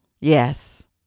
Yes